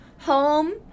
home